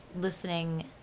listening